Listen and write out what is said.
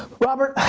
robert,